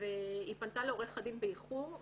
והיא פנתה לעורך הדין באיחור,